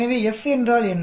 எனவே F என்றால் என்ன